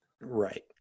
Right